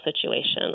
situation